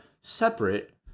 separate